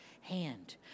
hand